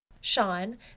Sean